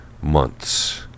months